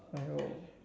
I know